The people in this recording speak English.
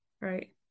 right